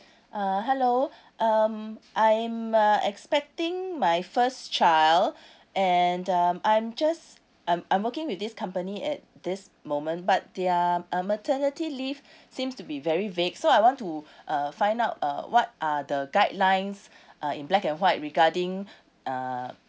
uh hello um I'm uh expecting my first child and um I'm just I'm I'm working with this company at this moment but their uh maternity leave seems to be very vague so I want to uh find out uh what are the guidelines uh in black and white regarding uh